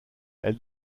elle